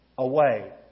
Away